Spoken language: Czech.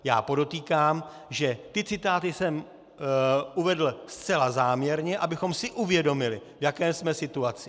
Já podotýkám, že ty citáty jsem uvedl zcela záměrně, abychom si uvědomili, v jaké jsme situaci.